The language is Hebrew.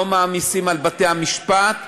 לא מעמיסים על בתי-המשפט.